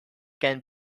can